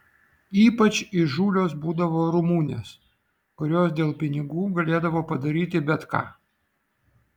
ypač įžūlios būdavo rumunės kurios dėl pinigų galėdavo padaryti bet ką